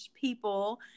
people